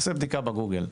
תעשה בדיקה בגוגל.